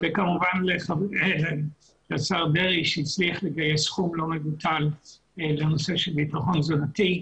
וכמובן לשר דרעי שהצליח לגייס סכום לא מבוטל לנושא של בטחון תזונתי.